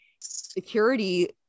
security